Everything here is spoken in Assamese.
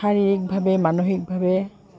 শাৰীৰিকভাৱে মানসিকভাৱে